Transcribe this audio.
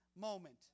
moment